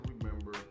remember